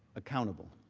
accountable.